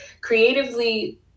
creatively